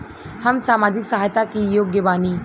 हम सामाजिक सहायता के योग्य बानी?